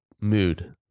mood